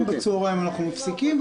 אם ביום שלישי ב-14:00 אנחנו מפסיקים,